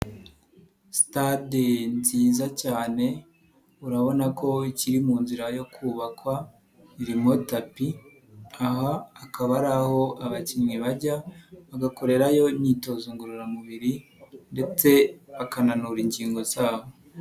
Sitade nziza cyane urabona ko ikiri mu nzira yo kubakwa irimo tapi, aha akaba ari aho abakinnyi bajya bagakorerayo imyitozo ngororamubiri ndetse bakananura ingingo zabo.